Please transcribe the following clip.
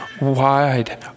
wide